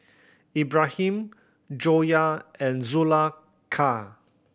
Ibrahim Joyah and Zulaikha